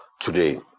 today